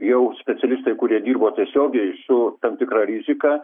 jau specialistai kurie dirbo tiesiogiai su tam tikra rizika